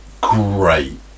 Great